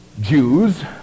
Jews